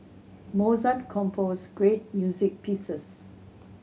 Mozart composed great music pieces